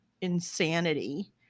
insanity